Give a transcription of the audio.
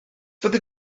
fyddi